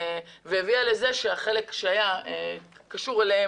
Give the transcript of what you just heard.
והביאה לידי כך שהחלק שהיה קשור אליהם,